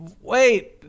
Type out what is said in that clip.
Wait